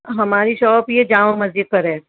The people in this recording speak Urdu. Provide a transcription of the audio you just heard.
ہماری شاپ یہ جامع مسجد پر ہے